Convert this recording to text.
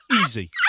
Easy